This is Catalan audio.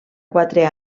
quatre